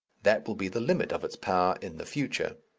that will be the limit of its power in the future.